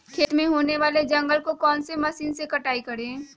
खेत में होने वाले जंगल को कौन से मशीन से कटाई करें?